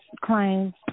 claims